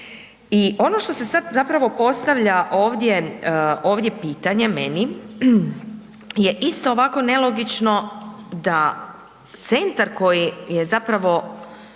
I ono što se sada zapravo postavlja pitanje meni je isto ovako nelogično da centar koji je nadležan